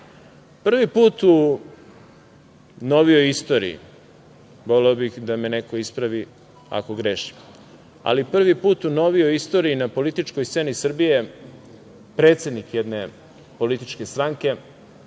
put u novijoj istoriji, voleo bih da me neko ispravi ako grešim, ali prvi put u novijoj istoriji na političkoj sceni Srbije predsednik jedne političke stranke,